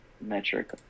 metric